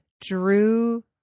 drew